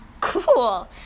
Cool